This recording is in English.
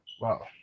Wow